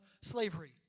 slavery